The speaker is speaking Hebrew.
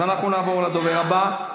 אז אנחנו נעבור לדובר הבא.